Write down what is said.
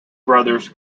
brothers